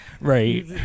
Right